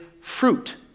fruit